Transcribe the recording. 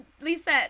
Lisa